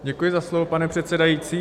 Děkuji za slovo, pane předsedající.